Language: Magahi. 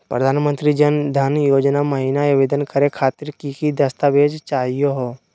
प्रधानमंत्री जन धन योजना महिना आवेदन करे खातीर कि कि दस्तावेज चाहीयो हो?